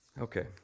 Okay